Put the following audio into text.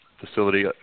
facility